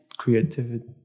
creativity